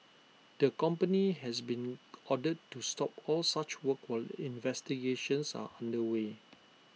the company has been ordered to stop all such work were investigations are under way